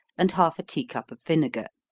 and half a tea cup of vinegar.